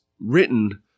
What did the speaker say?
written